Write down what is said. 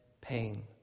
pain